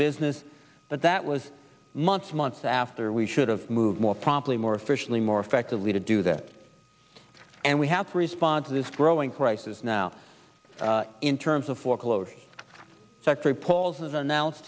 business but that was months months after we should have moved more promptly more efficiently more effectively to do that and we have to respond to this growing crisis now in terms of foreclosures secretary paul has announce